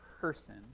person